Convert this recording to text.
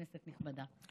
כנסת נכבדה.